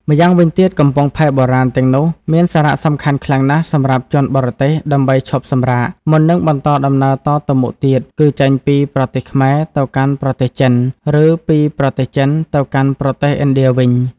ម្យ៉ាងវិញទៀត កំពង់ផែបុរាណ ទាំងនោះមានសារៈសំខាន់ខ្លាំងណាស់សម្រាប់ជនបរទេស ដើម្បីឈប់សម្រាក មុននឹងបន្តដំណើរតទៅមុខទៀត គឺចេញពីប្រទេសខ្មែរទៅកាន់ប្រទេសចិន ឬពីប្រទេសចិនទៅកាន់ប្រទេសឥណ្ឌាវិញ។